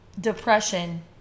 depression